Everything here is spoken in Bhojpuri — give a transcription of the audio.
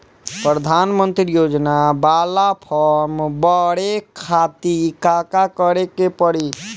प्रधानमंत्री योजना बाला फर्म बड़े खाति का का करे के पड़ी?